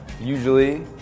usually